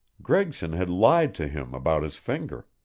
gregson had lied to him about his finger.